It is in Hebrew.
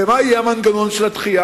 מה יהיה מנגנון הדחייה?